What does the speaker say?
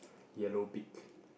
yellow beak